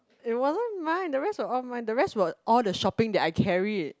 it wasn't mine the rest were all mine the rest were all the shopping that I carried